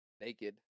Naked